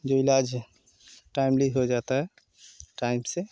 जो इलाज है टाइमली हो जाता है टाइम से